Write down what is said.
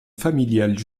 familiale